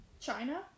China